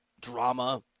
drama